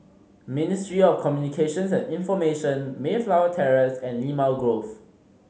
Ministry of Communications and Information Mayflower Terrace and Limau Grove